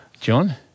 john